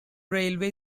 railway